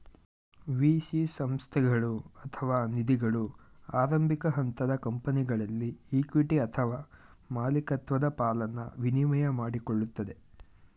VC ಸಂಸ್ಥೆಗಳು ಅಥವಾ ನಿಧಿಗಳು ಆರಂಭಿಕ ಹಂತದ ಕಂಪನಿಗಳಲ್ಲಿ ಇಕ್ವಿಟಿ ಅಥವಾ ಮಾಲಿಕತ್ವದ ಪಾಲನ್ನ ವಿನಿಮಯ ಮಾಡಿಕೊಳ್ಳುತ್ತದೆ